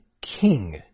King